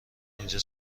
اینجا